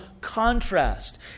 contrast